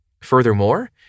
Furthermore